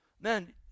Man